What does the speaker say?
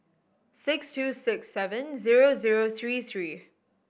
six two six seven zero zero three three